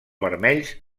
vermells